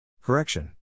Correction